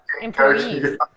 employees